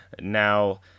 Now